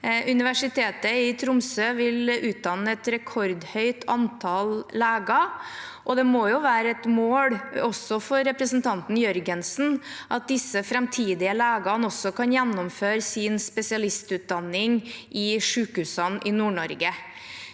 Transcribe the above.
Universitetet i Tromsø vil utdanne et rekordhøyt antall leger, og det må jo være et mål også for representanten Jørgensen at disse framtidige legene kan gjennomføre sin spesialistutdanning i sykehusene i Nord-Norge.